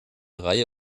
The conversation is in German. reihe